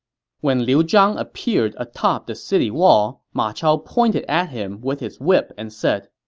when liu zhang appeared atop the city wall, ma chao pointed at him with his whip and said,